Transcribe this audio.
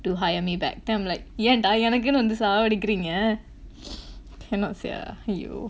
to hire me back then I'm like ஏன்டா எனக்குனு வந்து சாவடிக்கிறீங்க:yaendaa enakkunu vanthu saavadikkureenga cannot sia !aiyo!